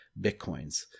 Bitcoins